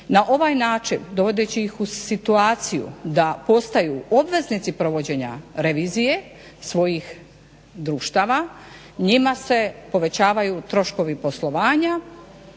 Na ovaj način, dovodeći ih u situaciju da postaju obveznici provođenja revizije svojih društava njima se povećavaju troškovi poslovanja